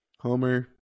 Homer